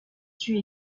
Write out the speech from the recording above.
tue